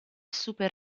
super